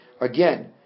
again